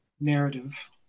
narrative